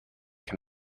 can